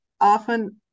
often